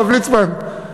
הרב ליצמן,